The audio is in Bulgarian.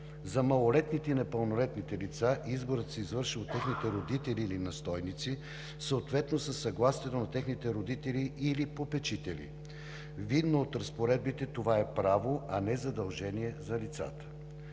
За малолетните и непълнолетните лица изборът се извършва от техните родители или настойници, съответно със съгласието на техните родители или попечители. Видно от разпоредбите, това е право, а не задължение за лицата.